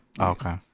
Okay